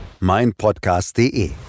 meinpodcast.de